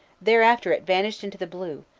there after it vanished into the blue,